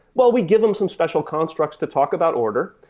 well, we give them some special constructs to talk about order,